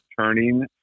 turning